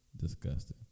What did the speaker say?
Disgusting